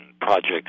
projects